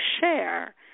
share